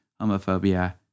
homophobia